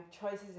choices